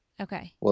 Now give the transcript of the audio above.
Okay